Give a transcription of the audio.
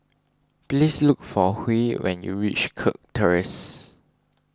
please look for Huey when you reach Kirk Terrace